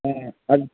ಹಾಂ ಅದು